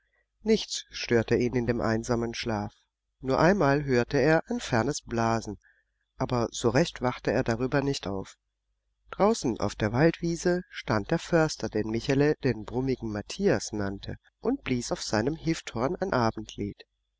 nichts störte ihn in dem einsamen schlaf nur einmal hörte er ein fernes blasen aber so recht wachte er darüber nicht auf draußen auf der waldwiese stand der förster den michele den brummigen matthias nannte und blies auf seinem hifthorn ein abendlied